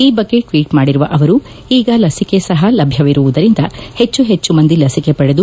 ಈ ಬಗ್ಗೆ ಟ್ವೀಟ್ ಮಾಡಿರುವ ಅವರು ಈಗ ಲಸಿಕೆ ಸಹ ಲಭ್ಯವಿರುವುದರಿಂದ ಹೆಚ್ಚು ಹೆಚ್ಚು ಮಂದಿ ಲಸಿಕೆ ಪಡೆದು